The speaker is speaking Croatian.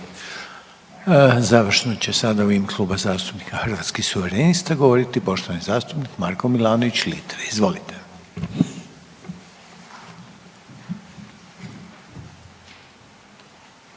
Završno će sada u ime Kluba zastupnika Hrvatskih suverenista govoriti poštovani zastupnik Marko Milanović Litre. Izvolite.